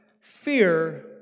fear